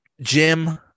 Jim